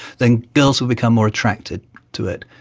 then girls will become more attracted to it.